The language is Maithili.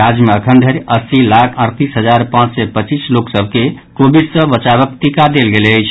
राज्य मे अखन धरि अस्सी लाख अड़तीस हजार पांच सय पच्चीस लोक सभ के कोविड सँ बचावक टीका देल गेल अछि